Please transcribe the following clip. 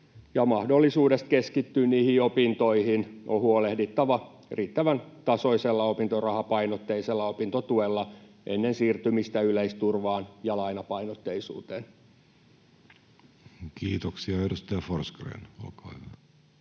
mahdollisuudesta keskittyä opintoihin on huolehdittava riittäväntasoisella, opintorahapainotteisella opintotuella ennen siirtymistä yleisturvaan ja lainapainotteisuuteen. [Speech 242] Speaker: